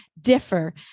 differ